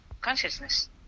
consciousness